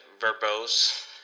verbose